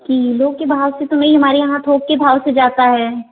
kilo के भाव से तो नहीं हमारे यहाँ थोक के भाव से जाता है